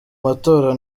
matora